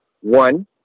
One